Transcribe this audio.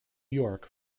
york